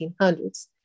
1800s